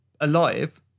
alive